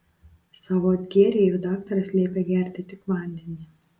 savo atgėrei ir daktaras liepė gerti tik vandenį